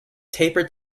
tapered